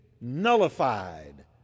nullified